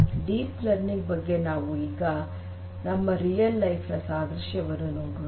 deep learning ಬಗ್ಗೆ ನಾವು ಈಗ ನಮ್ಮ ನಿಜ ಜೀವನದ ಸಾದೃಶ್ಯ ವನ್ನು ನೋಡೋಣ